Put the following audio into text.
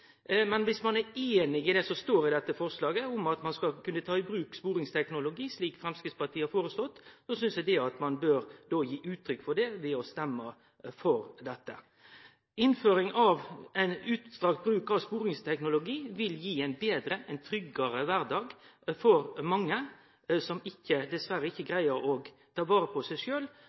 Men om ein er einig i at ein skal kunne ta i bruk sporingsteknologi, slik Framstegspartiet har foreslått, synest eg at ein bør gi uttrykk for det ved å stemme for forslaget. Innføring av utstrakt bruk av sporingsteknologi vil gi betre og tryggare kvardag for mange som dessverre ikkje greier å ta vare på seg